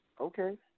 Okay